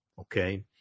Okay